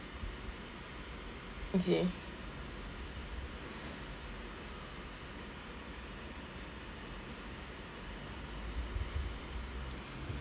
okay